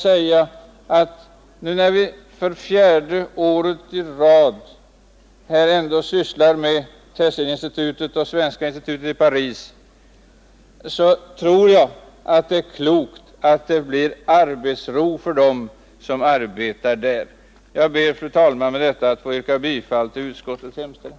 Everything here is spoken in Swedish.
När vi nu för fjärde året i rad sysslar med Tessininstitutet och svenska institutet i Paris vore det väl klokt att skapa arbetsro för dem som arbetar där. Fru talman! Med det anförda ber jag att få yrka bifall till utskottets hemställan.